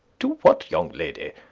to what young lady?